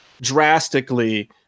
drastically